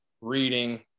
reading